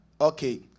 Okay